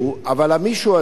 אבל המישהו הזה,